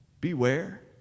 beware